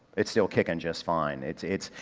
it's still kicking just fine. it's, it's,